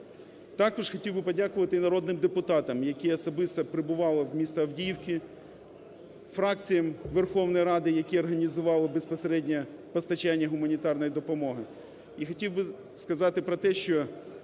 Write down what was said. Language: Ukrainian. Також хотів би подякувати і народним депутатам, які особисто прибували в місто Авдіївку, фракціям Верховної Ради, які організували безпосередньо постачання гуманітарної допомоги.